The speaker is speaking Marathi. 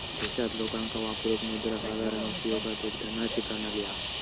देशात लोकांका वापरूक मुद्रा साधारण उपयोगात एक धनाची प्रणाली हा